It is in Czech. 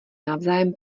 navzájem